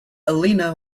elena